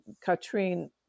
Katrine